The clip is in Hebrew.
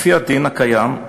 לפי הדין הקיים,